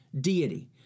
deity